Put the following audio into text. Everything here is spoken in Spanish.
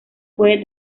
puede